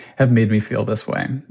have made me feel this way.